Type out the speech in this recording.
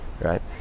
right